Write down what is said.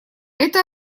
это